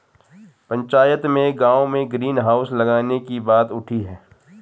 पंचायत में गांव में ग्रीन हाउस लगाने की बात उठी हैं